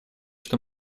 что